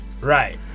Right